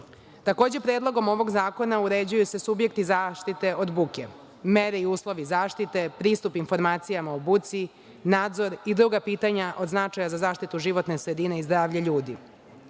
planova. Takođe, predlogom ovog zakona uređuju se subjekti zaštite od buke, mere i uslovi zaštite, pristup informacijama o buci, nadzor i druga pitanja od značaja za zaštitu životne sredine i zdravlje